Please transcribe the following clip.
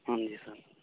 ਹਾਂਜੀ ਸਰ